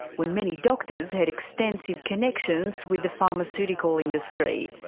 when many doctors had extensive connections with the pharmaceutical industry.